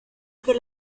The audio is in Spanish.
que